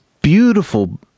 beautiful